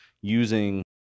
using